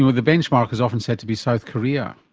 the benchmark is often said to be south korea.